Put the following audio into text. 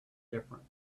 different